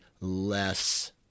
less